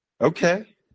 Okay